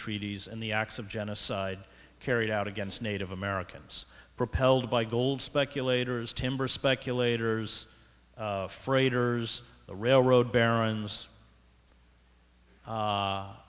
treaties and the acts of genocide carried out against native americans propelled by gold speculators timber speculators freighters the railroad barons